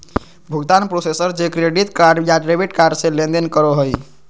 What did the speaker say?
भुगतान प्रोसेसर जे credit card या डेबिट कार्ड से लेनदेन करो हइ